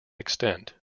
extent